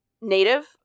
native